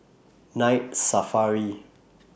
Night Safari